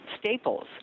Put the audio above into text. staples